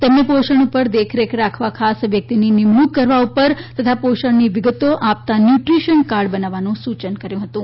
તેમણે પોષણ ઉપર દેખરેખ રાખવા ખાસ વ્યક્તિની નિમણુંક કરવા ઉપર તથા પોષણની વિગતો આપતાં ન્યુદ્રીશીયન કાર્ડ બનાવવાનું સૂચન કર્યું હતું